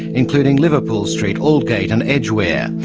including liverpool street, aldgate and edgware.